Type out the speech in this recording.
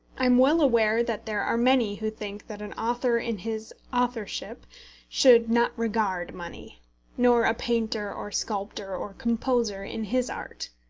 i am well aware that there are many who think that an author in his authorship should not regard money nor a painter, or sculptor, or composer in his art.